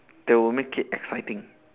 that will make it exciting